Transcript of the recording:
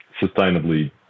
sustainably